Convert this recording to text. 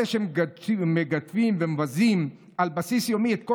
אלה שמגדפים ומבזים על בסיס יומי את כל